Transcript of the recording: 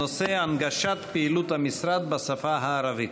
הנושא: הנגשת פעילות המשרד בשפה הערבית.